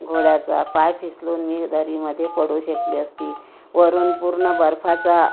घोड्याचा पाय फिसलून मी दरीमध्ये पडू शकली असती वरून पूर्ण बर्फाचा